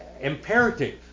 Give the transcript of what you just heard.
imperative